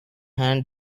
hand